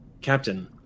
Captain